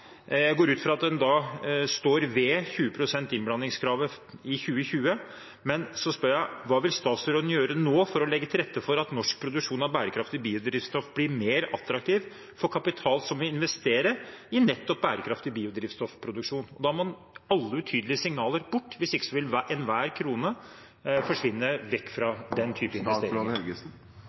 Jeg går ut fra at en da står ved kravet om 20 pst. innblanding i 2020. Men hva vil statsråden gjøre nå for å legge til rette for at norsk produksjon av bærekraftig biodrivstoff blir mer attraktiv for kapital som vil investere i nettopp bærekraftig biodrivstoffproduksjon? Og da må alle utydelige signaler bort, hvis ikke vil hver krone forsvinne vekk fra